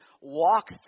walk